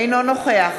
אינו נוכח